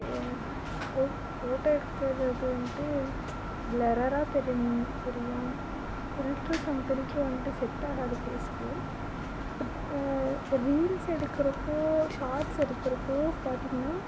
ஏ photo photo எடுக்கிறது வந்துட்டு ப்லரரா தெரிஞ் தெரியும் ஃபில்ட்ரு சம் ஃபில்ட்ரு வந்துட்டு செட் ஆகாது ஃபேஸ்க்கு பட் ரீல்ஸ் எடுக்கிறப்போ ஷார்ட்ஸ் எடுக்கிறப்போ பார்த்தீங்கன்னா